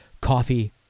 coffee